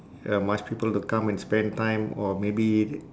ya much people to come and spend time or maybe